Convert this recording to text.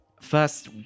first